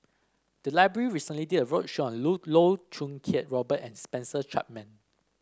the library recently did a roadshow on Loh Choo Kiat Robert and Spencer Chapman